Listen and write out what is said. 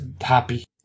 happy